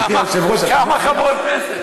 כמה חברות כנסת?